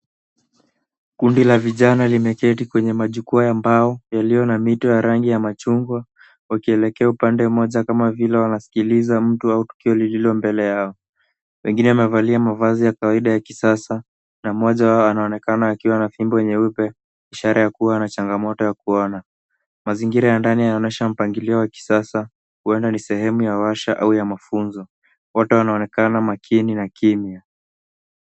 Kundi la vijana limeketi kwenye majukwaa ya mbao yaliyo na mito ya rangi ya machungwa wakielekea upande mmoja kama vile wanasikiliza mtu au tukio lililo mbele yao. Wengine wamevalia mavazi ya kawaida ya kisasa, na mmoja wao anaonekana akiwa na fimbo nyeupe, ishara ya kuwa na changamoto ya kuona. Mazingira ya ndani yanaonyesha mpangilio wa kisasa, huenda ni sehemu ya washa au ya mafunzo. Wote wanaonekana makini na kimya.